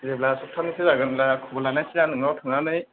जेब्ला सफ्थानैसो जागोन होनब्ला खबर लानायसै आं नोंनाव थांनानै